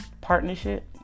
partnership